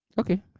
Okay